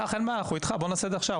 צח, אנחנו איתך, בוא נעשה את זה עכשיו.